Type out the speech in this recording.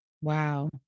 Wow